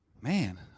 man